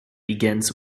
begins